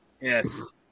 Yes